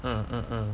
mm mm mm